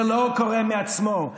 זה לא קורה מעצמו,